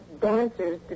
dancers